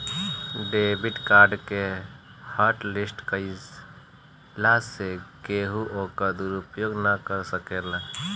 debit card के hotlist कईला से केहू ओकर दुरूपयोग ना कर सकेला